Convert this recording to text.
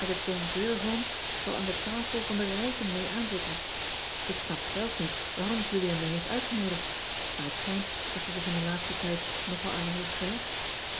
zal aan de tafel van de rijken mee aanzitten k snap zelf niet waarom ulia me heeft uitgenoodigd maar het schijnt dat ze zich in den laatsten tijd nogal aan me heeft gehecht